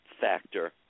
factor